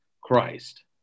christ